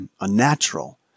unnatural